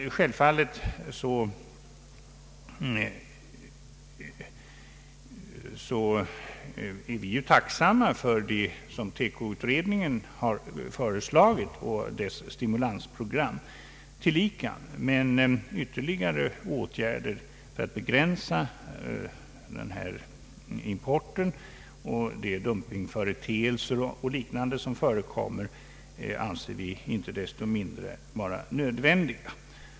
Vi är självfallet tacksamma för vad teko-utredningen föreslagit och tillika för dess stimulansprogram, men vi anser inte desto mindre att ytterligare åtgärder för att begränsa denna import och de dumpingföreteelser och liknande som förekommer är nödvändiga.